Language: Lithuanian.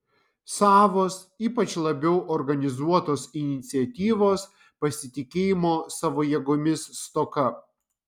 savos ypač labiau organizuotos iniciatyvos pasitikėjimo savo jėgomis stoka